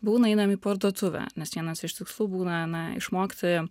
būna einam į parduotuvę nes vienas iš tikslų būna na išmokti